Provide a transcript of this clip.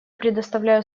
предоставляю